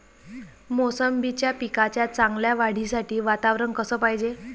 मोसंबीच्या पिकाच्या चांगल्या वाढीसाठी वातावरन कस पायजे?